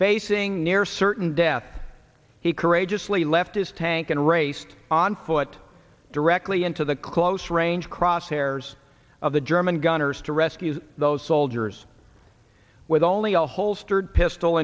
facing near certain death he courageously left his tank and raced on foot directly into the close range crosshairs of the german gunners to rescue those soldiers with only a holstered pistol